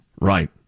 Right